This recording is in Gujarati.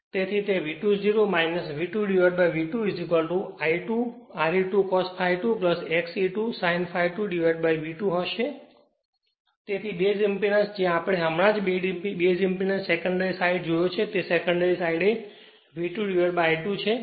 તેથી તે V2 0 V2V2 I2 Re2 cos ∅2 XE2 sin ∅2V2 હશે તેથી તેથી બેઝ ઇમ્પેડન્સ જે આપણે હમણાં જ બેઝ ઇમ્પેડન્સ સેકન્ડરી સાઈડ જોયો છે તે સેકન્ડરી સાઈડએ V2I2 છે